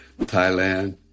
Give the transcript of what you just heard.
Thailand